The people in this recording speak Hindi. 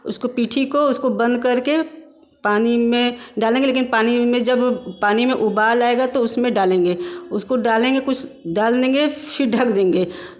उसको पीठी को उसको बंद करके पानी में डालेंगे लेकिन पानी में जब पानी में उबाल आएगा तो उसमें डालेंगे उसको डालेंगे कुछ डाल देंगे फिर ढक देंगे